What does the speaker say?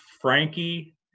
Frankie